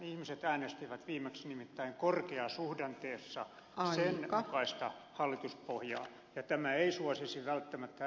ihmiset äänestivät viimeksi nimittäin korkeasuhdanteessa sen mukaista hallituspohjaa ja tämä ei suosisi välttämättä sdptä